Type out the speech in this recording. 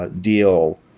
deal